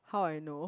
how I know